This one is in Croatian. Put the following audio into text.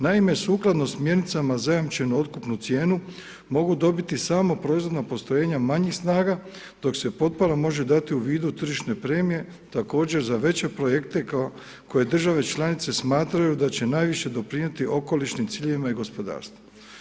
Naime, sukladno smjernicama zajamčenu otkupnu cijenu mogu dobiti samo proizvodna postrojenja manjih snaga dok se potpora može dati u vidu tržišne premije također za veće projekte koje države članice smatraju da će najviše doprinijeti okolišnim ciljevima i gospodarstvu.